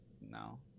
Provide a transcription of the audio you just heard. no